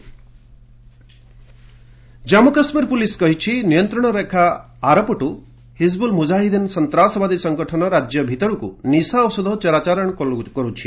narcotics Jammu Kashmir police କହିଛି ନିୟନ୍ତ୍ରଣରେଖା ଆରପଟୁ ହିଜିବୁଲ୍ ମୁଜାହିଦିନ ସଂତ୍ରାସବାଦୀ ସଂଗଠନ ରାଜ୍ୟ ଭିତରକୁ ନିଶା ଔଷଧ ଚୋରା ଚାଲାଣ କରୁଛି